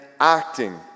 acting